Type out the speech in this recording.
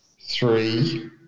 three